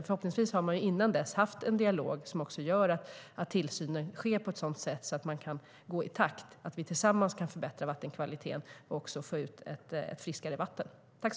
Förhoppningsvis har det innan dess funnits en dialog så att tillsynen kan gå i takt, så att vi kan förbättra vattenkvaliteten tillsammans och få ett friskare vatten.